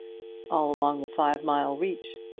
all along the five-mile reach.